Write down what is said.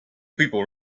people